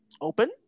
open